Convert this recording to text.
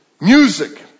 music